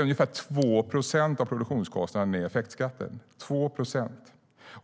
Ungefär 2 procent av produktionskostnaden är effektskatt - 2 procent.